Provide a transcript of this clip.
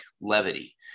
levity